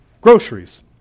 groceries